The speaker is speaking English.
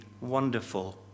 wonderful